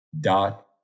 dot